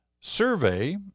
Survey